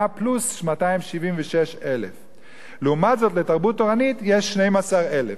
פלוס 276,000. לעומת זאת לתרבות תורנית יש 12,000,